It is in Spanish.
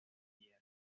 tierra